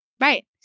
Right